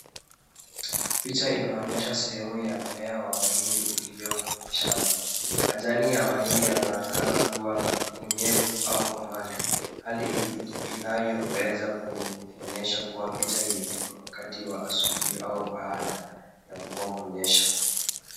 Picha inaonyesha sehemu ya mmea wa mahindi ulio kwenye shamba. Majani ya mahindi yanaonekana kuwa na unyevu au umande, hali inayoweza kuonyesha kuwa picha ilipigwa wakati wa asubuhi au baada ya mvua kunyesha.